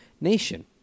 Nation